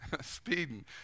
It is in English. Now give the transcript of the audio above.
speeding